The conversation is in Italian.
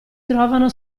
trovano